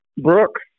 Brooks